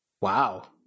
Wow